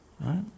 Right